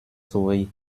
souris